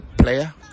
player